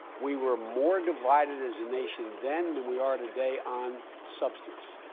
we were more divided as a nation then than we are today on substance.